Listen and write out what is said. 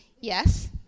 yes